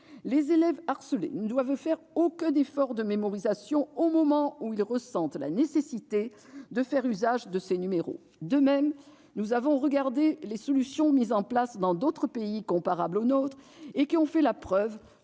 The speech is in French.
Les élèves harcelés ne doivent faire aucun effort de mémorisation au moment où ils estiment nécessaire de recourir à ces numéros. En outre, nous avons regardé les solutions mises en place dans d'autres pays comparables au nôtre, qui ont fait la preuve